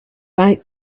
out